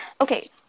okay